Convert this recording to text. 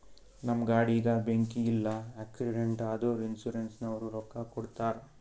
ನಮ್ ಗಾಡಿಗ ಬೆಂಕಿ ಇಲ್ಲ ಆಕ್ಸಿಡೆಂಟ್ ಆದುರ ಇನ್ಸೂರೆನ್ಸನವ್ರು ರೊಕ್ಕಾ ಕೊಡ್ತಾರ್